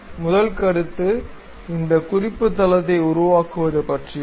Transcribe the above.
முதல் கருத்து இந்த குறிப்பு தளத்தை உருவாக்குவது பற்றியது